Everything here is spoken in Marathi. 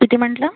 किती म्हटलं